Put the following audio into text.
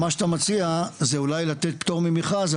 מה שאתה מציע זה אולי לתת פטור ממכרז,